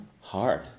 hard